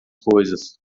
coisas